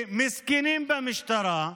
מסכנים במשטרה,